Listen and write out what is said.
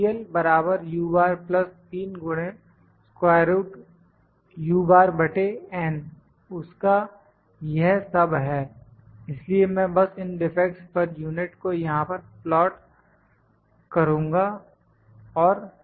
UCL उसका यह सब है इसलिए मैं बस इन डिफेक्ट्स पर यूनिट को यहां प्लाट करुंगा और यह